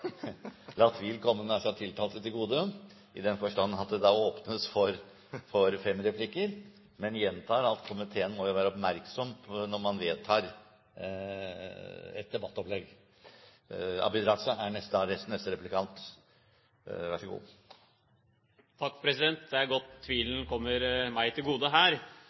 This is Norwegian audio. la tvilen komme nær sagt tiltalte til gode, i den forstand at det da åpnes for fem replikker, men gjentar at komiteen må være oppmerksom når man vedtar et debattopplegg. – Abid Q. Raja er da neste replikant. Det er godt tvilen kommer meg til gode her.